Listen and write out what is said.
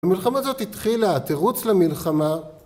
‫במלחמה הזאת התחילה ‫התירוץ למלחמה.